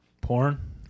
Porn